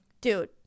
Dude